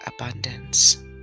abundance